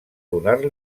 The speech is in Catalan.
donar